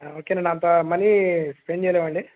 ఓకేనండి అంతా money send చేయలేమా అండి